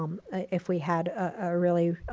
um if we had a really